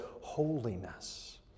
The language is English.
holiness